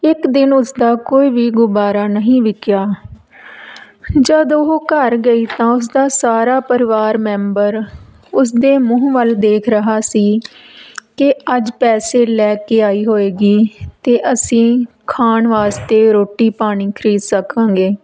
ਇੱਕ ਦਿਨ ਉਸਦਾ ਕੋਈ ਵੀ ਗੁਬਾਰਾ ਨਹੀਂ ਵਿਕਿਆ ਜਦੋਂ ਉਹ ਘਰ ਗਈ ਤਾਂ ਉਸਦਾ ਸਾਰਾ ਪਰਿਵਾਰ ਮੈਂਬਰ ਉਸਦੇ ਮੂੰਹ ਵੱਲ ਦੇਖ ਰਿਹਾ ਸੀ ਕਿ ਅੱਜ ਪੈਸੇ ਲੈ ਕੇ ਆਈ ਹੋਵੇਗੀ ਅਤੇ ਅਸੀਂ ਖਾਣ ਵਾਸਤੇ ਰੋਟੀ ਪਾਣੀ ਖਰੀਦ ਸਕਾਂਗੇ